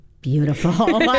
beautiful